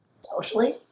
Socially